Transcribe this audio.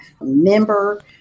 member